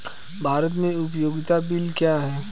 भारत में उपयोगिता बिल क्या हैं?